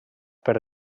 per